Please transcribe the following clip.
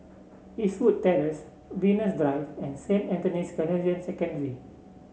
Eastwood Terrace Venus Drive and Saint Anthony's Canossian Secondary